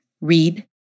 Read